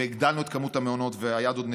והגדלנו את מספר המעונות, והיד עוד נטויה.